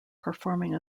performing